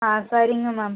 ஆ சரிங்க மேம்